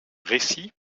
récit